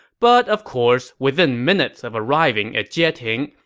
but of course, within minutes of arriving at jieting,